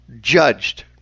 judged